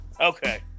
Okay